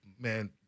man